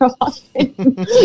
often